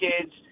kids